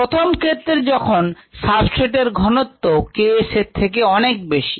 প্রথম ক্ষেত্রে যখন সাবস্ট্রেট এর ঘনত্ব K s এর থেকে অনেক বেশি